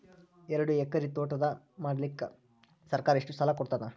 ಎರಡು ಎಕರಿ ತೋಟ ಮಾಡಲಿಕ್ಕ ಸರ್ಕಾರ ಎಷ್ಟ ಸಾಲ ಕೊಡತದ?